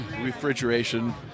Refrigeration